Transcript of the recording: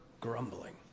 grumbling